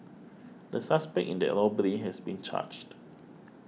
the suspect in that robbery has been charged